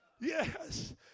Yes